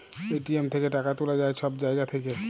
ATM থ্যাইকে টাকা তুলা যায় ছব জায়গা থ্যাইকে